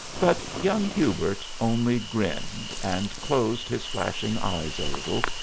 but young hubert only grinned, and closed his flashing eyes a little,